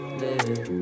live